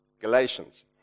Galatians